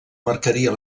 marcaria